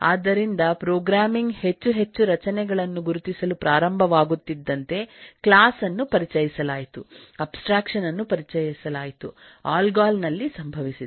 ಆದ್ದರಿಂದಪ್ರೋಗ್ರಾಮಿಂಗ್ ಹೆಚ್ಚು ಹೆಚ್ಚು ರಚನೆಗಳನ್ನು ಗುರುತಿಸಲು ಪ್ರಾರಂಭವಾಗುತ್ತಿದ್ದಂತೆಕ್ಲಾಸ್ ಅನ್ನು ಪರಿಚಯಿಸಲಾಯಿತು ಅಬ್ಸ್ಟ್ರಾಕ್ಷನ್ ಅನ್ನು ಪರಿಚಯಿಸಲಾಯಿತುಅಲ್ಗೊಲ್ ನಲ್ಲಿಸಂಭವಿಸಿದೆ